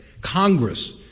Congress